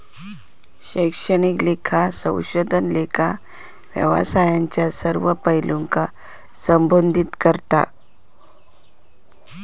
शैक्षणिक लेखा संशोधन लेखा व्यवसायाच्यो सर्व पैलूंका संबोधित करता